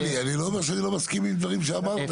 לא, אני לא אומר שאני לא מסכים עם דברים שאמרת.